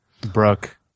Brooke